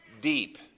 deep